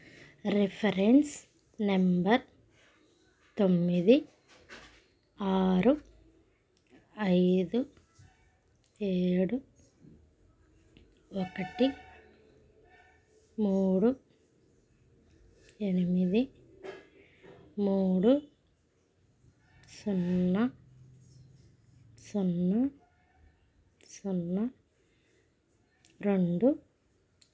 reference number తొమ్మిది ఆరు ఐదు ఏడు ఒకటి మూడు ఎనిమిది మూడు సున్నా సున్నా సున్నా రెండు